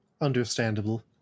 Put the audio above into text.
understandable